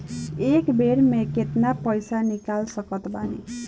एक बेर मे केतना पैसा निकाल सकत बानी?